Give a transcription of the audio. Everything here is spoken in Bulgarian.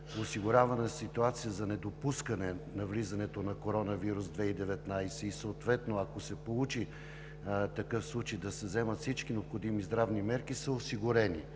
осигуряване на ситуации за недопускане навлизането на коронавирус 2019 и съответно, ако се получи такъв случай, всички необходими здравни мерки са осигурени.